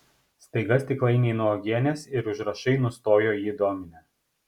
staiga stiklainiai nuo uogienės ir užrašai nustojo jį dominę